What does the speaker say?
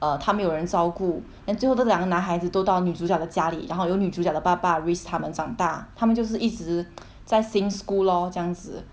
err 他没有人照顾 then 最后这两个男孩子都到女主角的家里然后有女主角的爸爸 raise 他们长大他们就是一直在 same school lor 这样子